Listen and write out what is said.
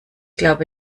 glaube